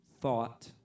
thought